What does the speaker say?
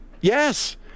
yes